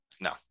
No